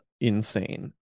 insane